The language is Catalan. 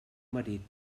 marit